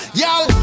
Y'all